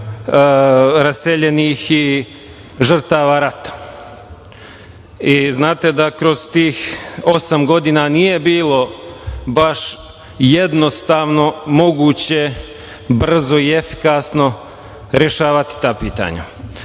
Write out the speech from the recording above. raseljenih i žrtava rata. Znate da kroz tih osam godina nije bilo baš jednostavno moguće brzo i efikasno rešavati ta pitanja. Zato